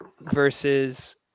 versus